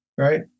Right